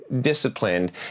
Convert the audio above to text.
Disciplined